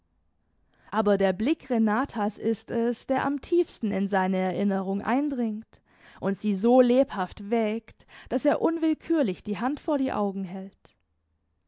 aber der blick renatas ist es der am tiefsten in seine erinnerung eindringt und sie so lebhaft weckt daß er unwillkürlich die hand vor die augen hält